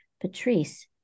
Patrice